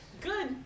Good